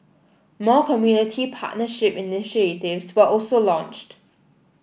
more community partnership initiatives were also launched